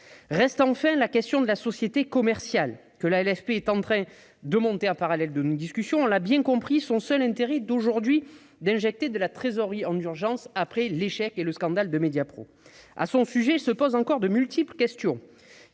Reste enfin la question de la société commerciale, que la LFP est en train de monter en parallèle de nos discussions. On l'a bien compris, son seul intérêt aujourd'hui est d'injecter de la trésorerie en urgence, après l'échec et le scandale de Mediapro. À son sujet se posent encore de multiples questions.